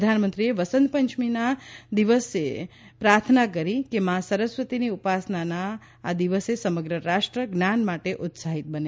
પ્રધાનમંત્રીએ વસંત પંચમીના આજના દિવસ નિમિત્તે પ્રાર્થના કરી કે મા સરસ્વતિની ઉપાસનાના આ દિવસે સમગ્ર રાષ્ટ્ર જ્ઞાન માટે ઉત્સાહિત બને